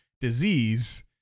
disease